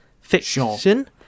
fiction